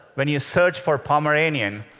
when you search for pomeranian,